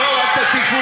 אבל כמובן יש פה